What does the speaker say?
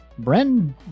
Bren